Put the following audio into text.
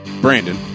Brandon